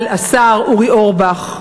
על השר אורי אורבך,